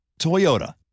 Toyota